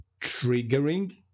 triggering